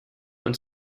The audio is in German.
und